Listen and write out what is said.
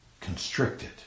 constricted